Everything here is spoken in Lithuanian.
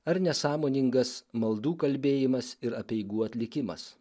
ar nesąmoningas maldų kalbėjimas ir apeigų atlikimas